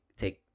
take